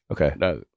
Okay